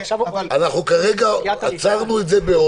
כרגע עצרנו את זה.